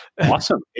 awesome